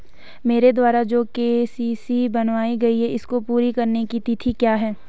मेरे द्वारा जो के.सी.सी बनवायी गयी है इसको पूरी करने की तिथि क्या है?